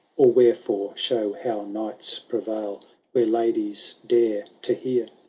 or wherefore show how knights prevail where ladies dare to hear?